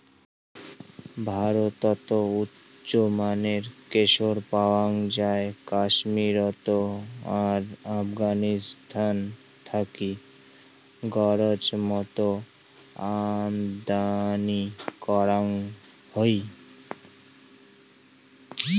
ভারতত উচ্চমানের কেশর পাওয়াং যাই কাশ্মীরত আর আফগানিস্তান থাকি গরোজ মতন আমদানি করাং হই